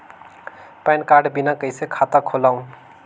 Pan card बिना कइसे खाता खोलव?